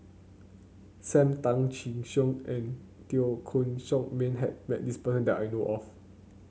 Sam Tan Chin Siong and Teo Koh Sock Miang has met this person that I know of